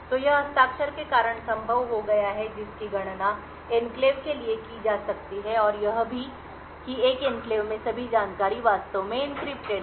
तो यह हस्ताक्षर के कारण संभव हो गया है जिसकी गणना एन्क्लेव के लिए की जा सकती है और यह भी कि एक एन्क्लेव में सभी जानकारी वास्तव में एन्क्रिप्टेड है